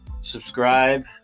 subscribe